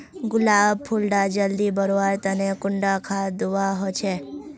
गुलाब फुल डा जल्दी बढ़वा तने कुंडा खाद दूवा होछै?